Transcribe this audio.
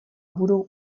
budou